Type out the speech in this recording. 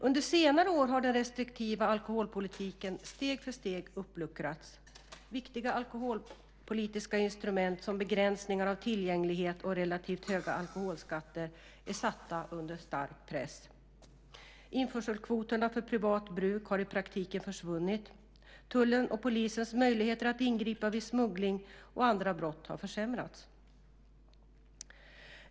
Under senare år har den restriktiva alkoholpolitiken steg för steg uppluckrats. Viktiga alkoholpolitiska instrument som begränsningar av tillgänglighet och relativt höga alkoholskatter är satta under stark press. Införselkvoterna för privat bruk har i praktiken försvunnit. Tullens och polisens möjligheter att ingripa vid smuggling och andra brott har försämrats.